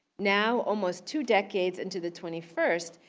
now, almost two decades into the twenty first,